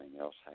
else